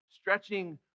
Stretching